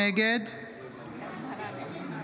נגד יעקב אשר,